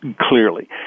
clearly